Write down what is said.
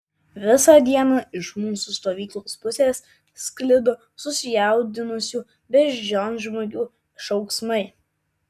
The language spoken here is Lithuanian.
visą dieną iš mūsų stovyklos pusės sklido susijaudinusių beždžionžmogių šauksmai